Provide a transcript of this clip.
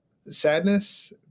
sadness